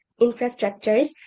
infrastructures